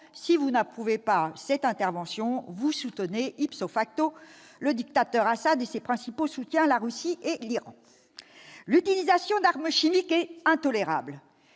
si l'on n'approuve pas cette intervention, on soutient le dictateur Assad et ses principaux soutiens, la Russie et l'Iran. L'utilisation d'armes chimiques est intolérable.